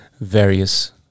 various